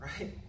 right